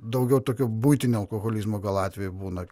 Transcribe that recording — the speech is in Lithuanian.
daugiau tokio buitinio alkoholizmo gal atvejų būna